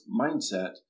mindset